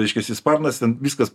reiškiasi sparnas ten viskas